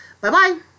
Bye-bye